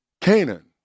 Canaan